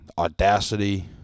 audacity